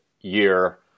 year